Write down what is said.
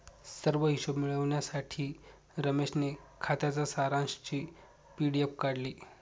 सर्व हिशोब मिळविण्यासाठी रमेशने खात्याच्या सारांशची पी.डी.एफ काढली